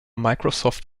microsoft